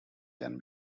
can